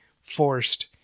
forced